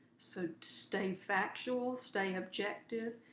so stay factual, stay objective.